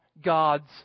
God's